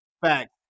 Fact